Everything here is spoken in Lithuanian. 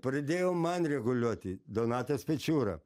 pradėjo man reguliuoti donatas pečiūra